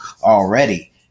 already